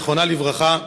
זיכרונה לברכה,